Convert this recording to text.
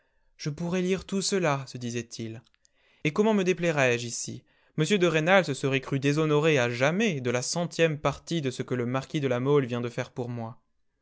je pourrai lire tout cela se disait-il et comment me déplairais je ici m de rênal se serait cru déshonoré à jamais de la centième partie de ce que le marquis de la mole vient de faire pour moi